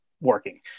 working